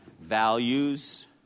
values